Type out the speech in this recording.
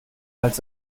als